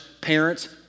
parents